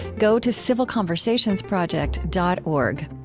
go to civilconversationsproject dot org.